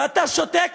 ואתה שותק,